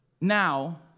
Now